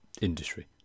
industry